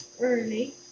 early